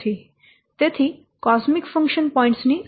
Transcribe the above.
તેથી આ cosmic function point ની ખામીઓ છે